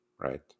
right